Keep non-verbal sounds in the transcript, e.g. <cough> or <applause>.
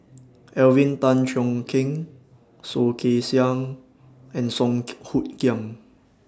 Alvin Tan Cheong Kheng Soh Kay Siang and Song <unintelligible> Hoot Kiam